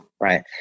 right